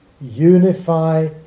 unify